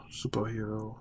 superhero